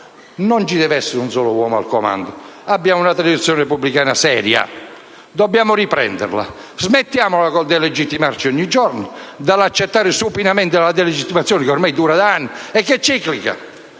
non ci deve essere un uomo solo al comando. Abbiamo una tradizione repubblicana seria. Dobbiamo riprenderla. Smettiamola con il delegittimarci ogni giorno, con l'accettare supinamente la delegittimazione che ormai dura da anni ed è ciclica.